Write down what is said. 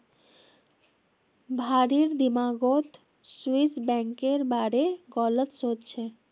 भारिर दिमागत स्विस बैंकेर बारे गलत सोच छेक